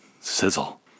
sizzle